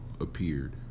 appeared